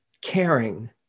caring